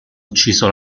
ucciso